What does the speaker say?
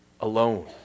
Alone